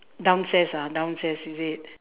downstairs ah downstairs is it